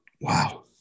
Wow